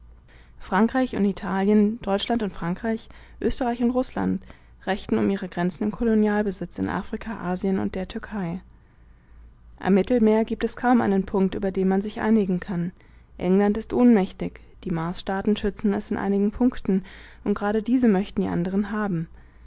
frankreich und italien deutschland und frankreich österreich und rußland rechten um ihre grenzen im kolonialbesitz in afrika asien und der türkei am mittelmeer gibt es kaum einen punkt über den man sich einigen kann england ist ohnmächtig die marsstaaten schützen es in einigen punkten und gerade diese möchten die andern haben